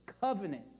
covenant